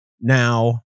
Now